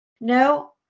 No